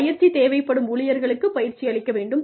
பயிற்சி தேவைப்படும் ஊழியர்களுக்குப் பயிற்சி அளிக்க வேண்டும்